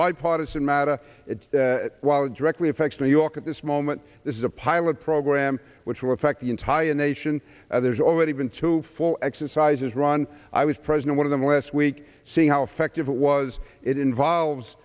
bipartisan matter while directly affects new york at this moment this is a pilot program which will affect the entire nation there's already been two full exercises run i was president one of them last week see how effective it was it involves